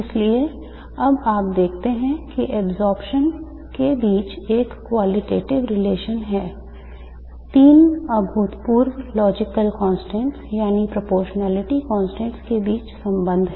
इसलिए अब आप देखते हैं कि absorption के बीच एक quantitative relation है तीन अभूतपूर्व logical constants यानी proportionality constant के बीच संबंध है